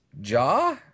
jaw